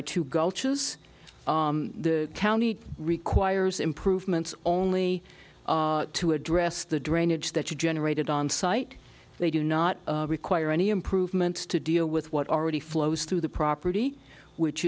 yes the county requires improvements only to address the drainage that you generated on site they do not require any improvements to deal with what already flows through the property which